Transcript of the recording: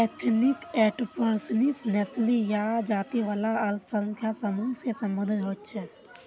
ethnic entrepreneurship नस्ली या जाती वाला अल्पसंख्यक समूह से सम्बंधित होछे